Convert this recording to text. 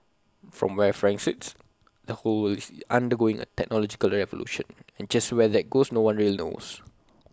from where frank sits the world is undergoing A technological revolution and just where that goes no one really knows